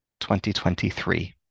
2023